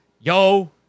yo